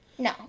No